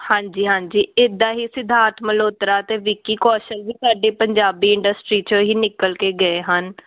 ਹਾਂਜੀ ਹਾਂਜੀ ਇੱਦਾਂ ਹੀ ਸਿਧਾਰਥ ਮਲਹੋਤਰਾ ਅਤੇ ਵਿੱਕੀ ਕੌਸ਼ਲ ਵੀ ਸਾਡੀ ਪੰਜਾਬੀ ਇੰਡਸਟਰੀ 'ਚੋਂ ਹੀ ਨਿਕਲ ਕੇ ਗਏ ਹਨ